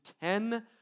ten